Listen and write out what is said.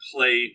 Play